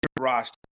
roster